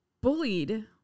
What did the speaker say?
bullied